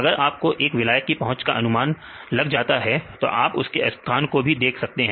अगर आपको एक बार विलायक की पहुंच का अनुमान लग जाता है तो आप उसके स्थान को भी देख सकते हैं